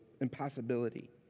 impossibility